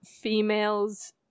females